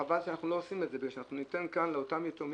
וחבל שאנחנו לא עושים את זה כי ניתן כאן לאותם יתומים,